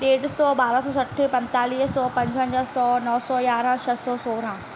डेढ सौ ॿारहं सौ सठ पंजतालीह सौ पंजवंजाह सौ नौ सौ यारहं छह सौ सोरहं